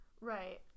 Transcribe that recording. Right